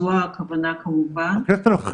זו, כמובן, הכוונה.